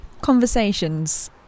Conversations